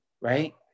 right